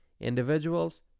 Individuals